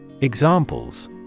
Examples